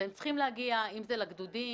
והם צריכים להגיע אם זה לגדודים,